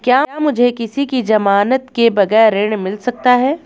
क्या मुझे किसी की ज़मानत के बगैर ऋण मिल सकता है?